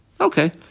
Okay